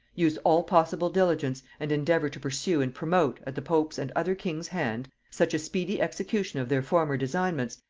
use all possible diligence and endeavour to pursue and promote, at the pope's and other kings' hand, such a speedy execution of their former designments,